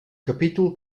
capítol